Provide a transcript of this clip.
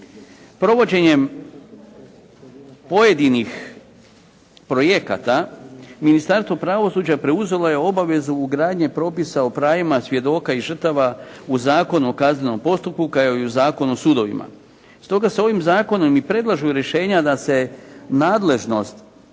Provođenjem pojedinih projekata Ministarstvo pravosuđa preuzelo je obavezu ugradnje propisa o pravima svjedoka i žrtava u Zakonu o kaznenom postupku kao i u Zakonu o sudovima. Stoga se ovim zakonom i predlažu rješenja da se nadležnost